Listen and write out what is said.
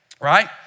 right